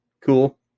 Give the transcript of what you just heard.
Cool